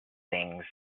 things